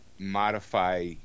modify